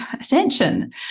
attention